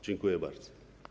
Dziękuję bardzo.